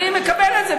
אני מקבל את זה.